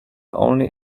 only